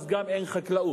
אז גם אין חקלאות,